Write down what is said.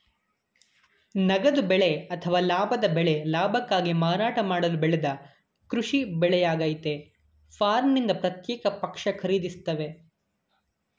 ನಗದು ಬೆಳೆ ಅಥವಾ ಲಾಭದ ಬೆಳೆ ಲಾಭಕ್ಕಾಗಿ ಮಾರಾಟ ಮಾಡಲು ಬೆಳೆದ ಕೃಷಿ ಬೆಳೆಯಾಗಯ್ತೆ ಫಾರ್ಮ್ನಿಂದ ಪ್ರತ್ಯೇಕ ಪಕ್ಷ ಖರೀದಿಸ್ತವೆ